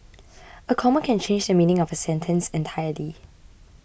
a comma can change the meaning of a sentence entirely